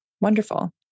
wonderful